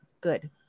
good